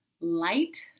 light